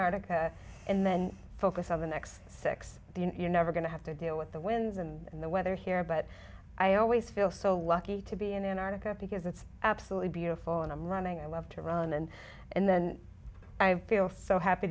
antarctica and then focus on the next six you never going to have to deal with the winds and the weather here but i always feel so lucky to be in antarctica because it's absolutely beautiful and i'm running i love to run and and then i feel so happy